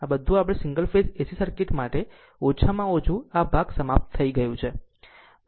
આમ આ સાથે આપણું સિંગલ ફેઝ AC સર્કિટ ઓછામાં ઓછું આ ભાગ સમાપ્ત થઈ ગયું છે